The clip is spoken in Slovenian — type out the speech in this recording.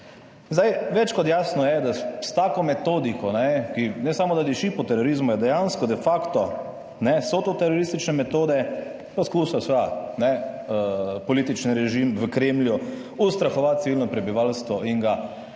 Zdaj, več kot jasno je, da s tako metodiko, ki ne samo, da diši po terorizmu, je dejansko de facto, ne, so to teroristične metode, poskusi, seveda, ne, politični režim v Kremlju ustrahovati civilno prebivalstvo in ga